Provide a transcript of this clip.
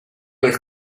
del